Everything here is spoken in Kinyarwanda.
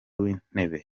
w’intebe